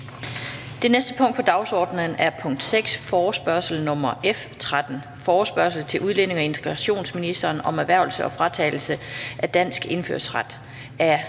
(Fremsættelse 30.10.2020). 6) Forespørgsel nr. F 13: Forespørgsel til udlændinge- og integrationsministeren om erhvervelse og fratagelse af dansk indfødsret. Af